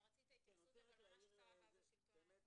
אתה רצית התייחסות ממש קצרה ואז השלטון המקומי.